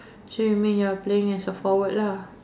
so you mean you are playing as a forward lah